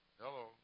Hello